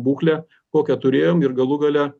būklę kokią turėjom ir galų gale